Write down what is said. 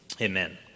Amen